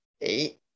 eight